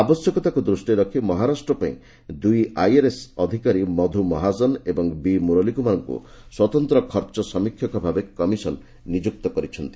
ଆବଶ୍ୟକତାକୁ ଦୃଷ୍ଟିରେ ରଖି ମହାରାଷ୍ଟ୍ର ପାଇଁ ଦୁଇ ଆଇଆର୍ଏସ୍ ଅଧିକାରୀ ମଧୁ ମହାଜନ ଏବଂ ବି ମୁରଲୀ କୁମାରଙ୍କୁ ସ୍ୱତନ୍ତ୍ର ଖର୍ଚ୍ଚ ସମୀକ୍ଷକ ଭାବେ କମିଶନ୍ ନିଯୁକ୍ତ କରିଛନ୍ତି